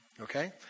Okay